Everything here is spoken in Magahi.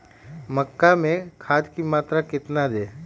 मक्का में खाद की मात्रा कितना दे?